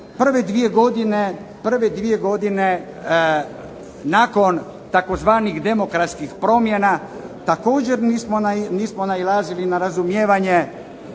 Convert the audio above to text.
Prve dvije godine nakon demokratskih promjena također nismo nailazili na razumijevanje,